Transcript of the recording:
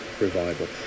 revival